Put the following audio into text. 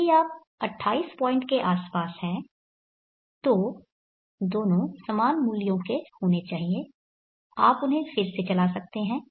यदि आप उस 28 पॉइंट के आसपास हैं तो दोनों समान मूल्यों के होने चाहिए आप उन्हें फिर से चला सकते हैं